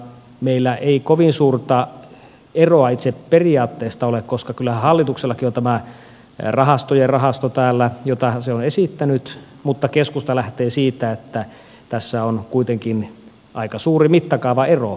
meillä ei kovin suurta eroa itse periaatteesta ole koska kyllähän hallituksellakin on tämä rahastojen rahasto täällä jota se on esittänyt mutta keskusta lähtee siitä että tässä on kuitenkin aika suuri mittakaavaero